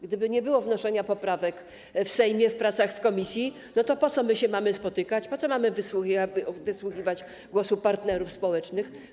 Gdyby nie było wnoszenia poprawek w Sejmie w czasie prac w komisji, to po co my się mamy spotykać, po co mamy wysłuchiwać głosu partnerów społecznych?